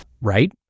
right